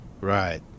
right